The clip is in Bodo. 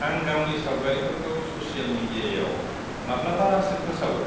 आं गावनि सावगारिफोरखौ ससियेल मेडियायाव माब्लाबासो फोसावो